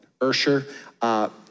Ursher